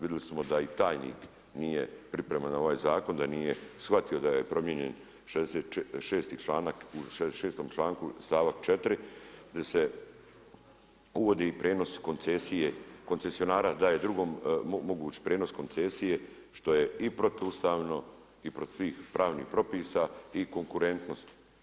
Vidjeli smo da i tajnik nije pripreman na ovaj zakon, da nije shvatio da je promijenjen 66. članak stavak 4. gdje se uvodi prijenos koncesije koncesionara daje drugom moguć prijenos koncesije što je i protuustavno i protiv svih pravnih propisa i konkurentnost.